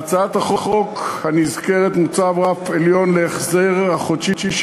בהצעת החוק הנזכרת מוצב רף עליון להחזר החודשי של